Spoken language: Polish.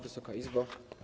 Wysoka Izbo!